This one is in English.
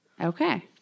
Okay